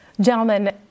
Gentlemen